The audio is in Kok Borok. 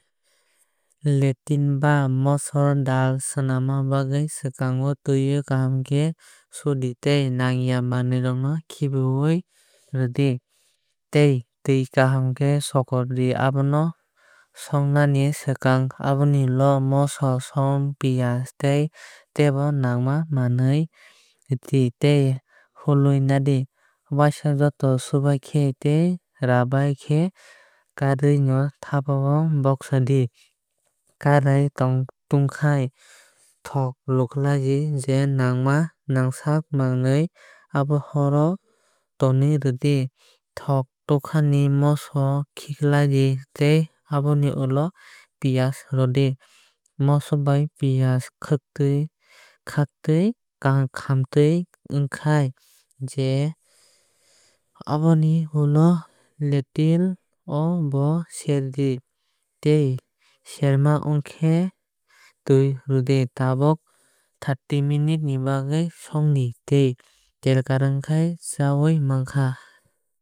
Lentil ba mosur dal swnamna bagwi swkang twi o kaham khe sudi tei nangya manwui rok khibiui rwdi. Tei tui kaham khe sokordi abono songnani swkang. Aboni ulo moso som piyaj tei tebo nangma manwui radi tei hului nadi. Waisa jotono subaikhai tei rabai khai karai no thapao baksadi. Karai tungkhai thok lukhlai di je nangsak tei abono horro tonui rwdi. Thok tungkahi moso khiklaidi tei aboni ulo piyaj rwdi. Moso bai piyaj khaktwi khamtwi ongkhai tei je aboni ulo lentil o bo serdi tei serma ongkhe tui rwdi. Tabuk abono thirty muniute ni bagwui songdi tei karwui rwdi. Telkar ongkhai chaui mankha.